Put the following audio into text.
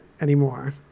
anymore